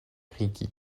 ricky